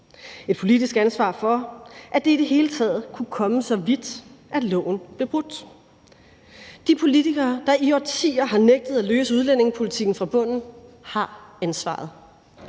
et politisk ansvar for, at det i det hele taget kunne komme så vidt, at loven blev brudt. De politikere, der i årtier har nægtet at løse udlændingepolitikken fra bunden, har ansvaret.